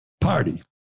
Party